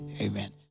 Amen